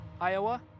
Iowa